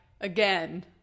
Again